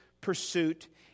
pursuit